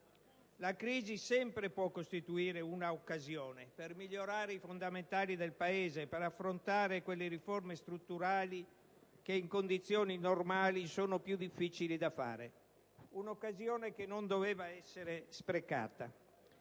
La crisi può sempre costituire un'occasione per migliorare i fondamentali del Paese, per affrontare quelle riforme strutturali che in condizioni normali sono più difficili da realizzare; un'occasione che non doveva essere sprecata.